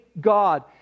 God